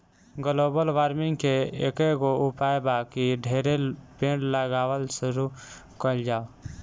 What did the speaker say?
global warming के एकेगो उपाय बा की ढेरे पेड़ लगावल शुरू कइल जाव